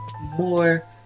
more